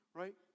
right